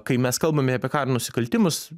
kai mes kalbame apie karo nusikaltimus